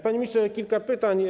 Panie ministrze, kilka pytań.